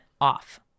off